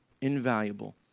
invaluable